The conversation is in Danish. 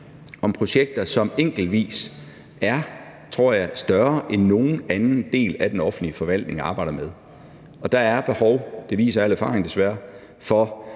om projekter, som, tror jeg, enkeltvis er større end nogen anden del af det, som den offentlige forvaltning arbejder med, og der er behov for – det viser al erfaring desværre –